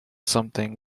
something